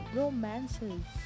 romances